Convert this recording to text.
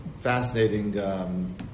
fascinating